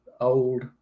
old